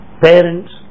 parents